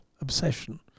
obsession